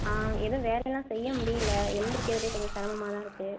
எதுவும் வேலைலா செய்ய முடியல எந்திரிக்கிறதே கொஞ்சம் சிரமமாதான் இருக்கு